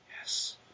Yes